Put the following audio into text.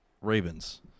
Ravens